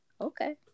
okay